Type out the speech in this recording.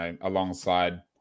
alongside